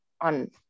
on